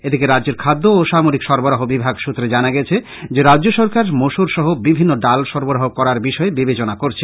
এদিকে রাজ্যের খাদ্য ও অসামরিক সরবরাহ বিভাগ সূত্রে জানা গেছে যে রাজ্য সরকার মুসুর সহ বিভিন্ন ডাল সরবরাহ করার বিষয়ে বিবেচনা করছে